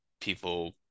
people